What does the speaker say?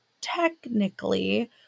technically